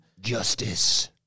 Justice